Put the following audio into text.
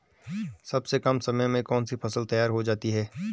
सबसे कम समय में कौन सी फसल तैयार हो जाती है?